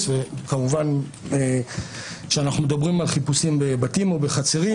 - כמובן כאשר אנחנו מדברים על חיפושים בבתים או בחצרים,